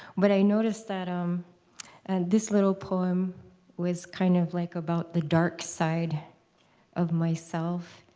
but i noticed that um and this little poem was kind of like about the dark side of myself.